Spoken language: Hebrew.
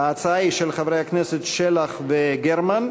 ההצעה היא של חברי הכנסת שלח וגרמן.